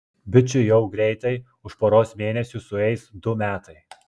bičui jau greitai už poros mėnesių sueis du metai